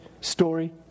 story